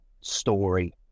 story